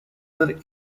other